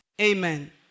Amen